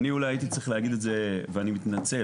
הייתי צריך להגיד את זה ואני מתנצל,